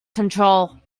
control